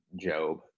Job